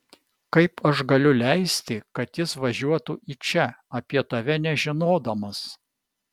kaip aš galiu leisti kad jis važiuotų į čia apie tave nežinodamas